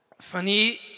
Fanny